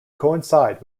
coincide